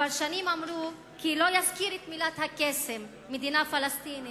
הפרשנים אמרו כי לא יזכיר את מילת הקסם "מדינה פלסטינית",